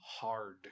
hard